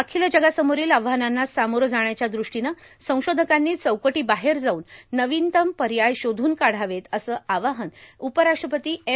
अखिल जगासमोरील आव्हानांना सामोरं जाण्याच्या दृष्टीनं संशोधकांनी चौकटी बाहेर जाऊन नवीनतम् पर्याय शोधून काढावेत असा आवाहन उपराष्ट्रपती एम